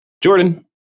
Jordan